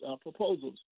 proposals